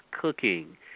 cooking